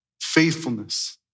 faithfulness